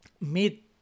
meet